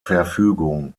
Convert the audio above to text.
verfügung